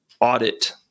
audit